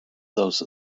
those